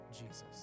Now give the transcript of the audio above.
Jesus